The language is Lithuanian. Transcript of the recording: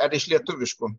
ar iš lietuviškų